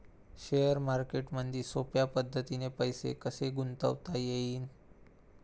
Share मार्केटमधी सोप्या पद्धतीने पैसे कसे गुंतवता येईन?